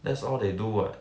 that's all they do what